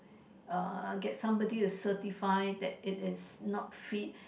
uh get somebody to certify that it is not fit